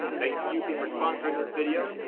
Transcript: thanks to eufy for sponsoring this video.